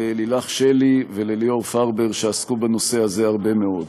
לילך שלי וליאור פרבר, שעסקו בנושא הזה הרבה מאוד.